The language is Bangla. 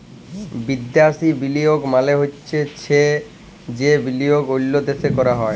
বিদ্যাসি বিলিয়গ মালে চ্ছে যে বিলিয়গ অল্য দ্যাশে ক্যরা হ্যয়